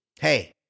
hey